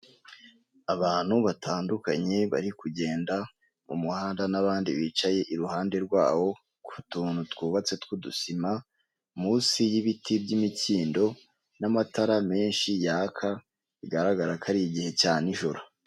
Abantu batandukanye bari kugenda mu muhanda n'abandi bicaye iruhande rwawo ku tuntu twubatse tw'udusima munsi y'ibiti by'imikindo n'amatara menshi yaka, bigaragara ko ari igihe cya n'ijoro.